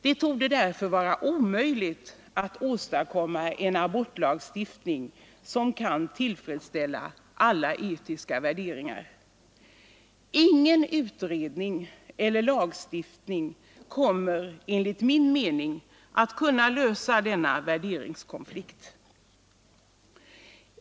Det torde därför vara omöjligt att åstadkomma en aborlagstiftning, som kan tillfredsställa alla etiska värderingar. Ingen utredning eller lagstiftning kommer enligt min mening att kunna lösa denna värderingskonflikt.